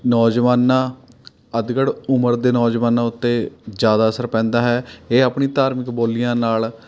ਨੌਜਵਾਨਾਂ ਅਧਖੜ੍ਹ ਉਮਰ ਦੇ ਨੌਜਵਾਨਾਂ ਉੱਤੇ ਜ਼ਿਆਦਾ ਅਸਰ ਪੈਂਦਾ ਹੈ ਇਹ ਆਪਣੀ ਧਾਰਮਿਕ ਬੋਲੀਆਂ ਨਾਲ਼